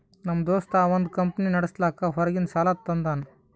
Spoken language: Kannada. ನಮ್ ದೋಸ್ತ ಅವಂದ್ ಕಂಪನಿ ನಡುಸ್ಲಾಕ್ ಹೊರಗಿಂದ್ ಸಾಲಾ ತಂದಾನ್